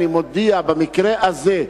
אני מודיע במקרה הזה,